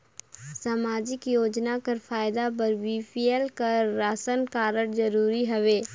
समाजिक योजना कर फायदा बर बी.पी.एल कर राशन कारड जरूरी हवे?